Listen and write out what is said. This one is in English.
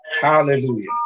Hallelujah